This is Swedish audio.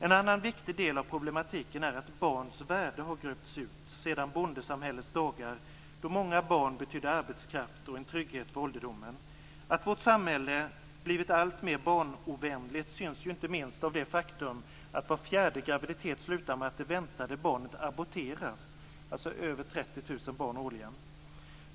En annan viktig del av problemen är att barns värde har gröpts ut sedan bondesamhällets dagar, då många barn betydde arbetskraft och en trygghet för ålderdomen. Att vårt samhälle blivit alltmer barnovänligt syns ju inte minst av det faktum att var fjärde graviditet slutar med att det väntade barnet aborteras, dvs. över 30 000 barn årligen.